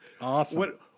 Awesome